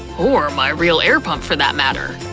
or my real air pump, for that matter.